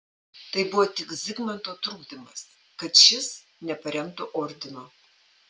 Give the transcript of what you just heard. tai buvo tik zigmanto trukdymas kad šis neparemtų ordino